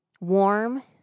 warm